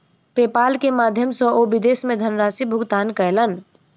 PayPal के माध्यम सॅ ओ विदेश मे धनराशि भुगतान कयलैन